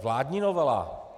Vládní novela.